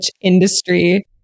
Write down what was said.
industry